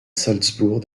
salzbourg